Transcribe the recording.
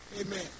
Amen